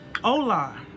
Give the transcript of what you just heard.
Hola